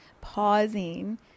pausing